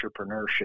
entrepreneurship